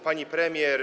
Pani Premier!